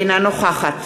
אינה נוכחת